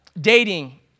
Dating